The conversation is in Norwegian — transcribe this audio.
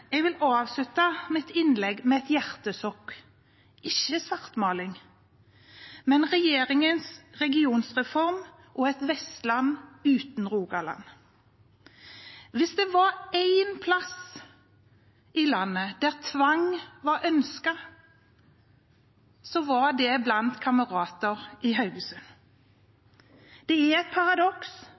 Jeg vil avslutte mitt innlegg med et hjertesukk – ikke svartmaling, men regjeringens regionreform og et Vestland uten Rogaland. Hvis det var én plass i landet der tvang var ønsket, var det blant kamerater i Haugesund. Det er et paradoks